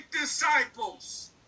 disciples